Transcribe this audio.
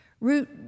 Root